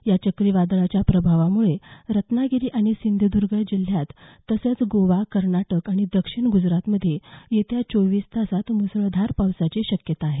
या चक्रीवादळाच्या प्रभावामुळे रत्नागिरी आणि सिंधुदुर्ग जिल्ह्यात तसंच गोवा कर्नाटक आणि दक्षिण ग्जरातमध्ये येत्या चोवीस तासांत मुसळधार पावसाची शक्यता आहे